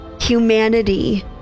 humanity